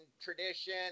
tradition